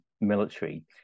military